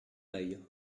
œil